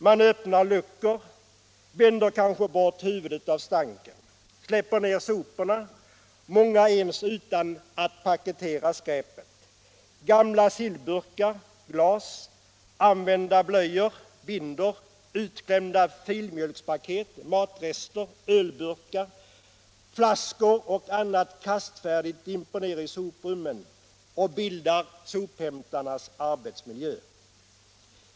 Man öppnar luckor, vänder kanske bort huvudet av stanken, släpper ner soporna — många utan att ens paketera skräpet. Gamla sillburkar, glas, använda blöjor, bindor, utklämda filmjölkspaket, matrester, ölbrukar, flaskor och annat kastfärdigt dimper ner i soprummen och bildar sophämtarnas arbetsmiljö.